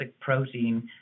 protein